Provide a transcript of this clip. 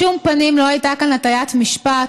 בשום פנים לא הייתה כאן הטיית משפט